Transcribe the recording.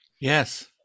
Yes